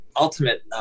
ultimate